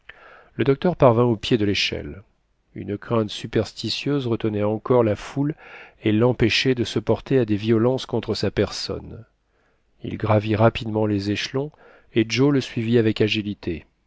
le docteur parvint au pied de l'échelle une crainte superstitieuse retenait encore la foule et l'empêchait de se porter à des violences contre sa personne il gravit rapidement les échelons et joe le suivit avec agilité